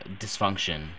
dysfunction